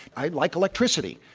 i like electricity.